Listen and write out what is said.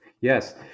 Yes